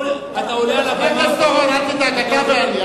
אתה עולה על הבמה הזאת, חבר הכנסת אורון, אל תדאג.